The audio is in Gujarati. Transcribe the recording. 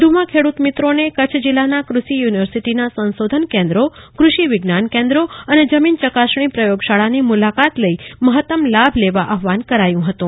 વધુમાં ખેડૂતમિત્રોને કચ્છ જિલ્લાના ક્રષિ યુનિવર્સિટીના સંશોધન કેન્દ્રો કૃષિ વિજ્ઞાન કેન્દ્રો અને જમીન ચકાસણી પ્રયોગશાળાની મુલાકાત લઇ મહત્તમ લાભ લેવા આહવાન કરાયું હતું